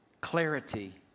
Clarity